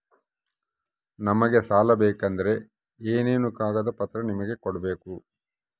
ನಮಗೆ ಸಾಲ ಬೇಕಂದ್ರೆ ಏನೇನು ಕಾಗದ ಪತ್ರ ನಿಮಗೆ ಕೊಡ್ಬೇಕು?